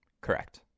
Correct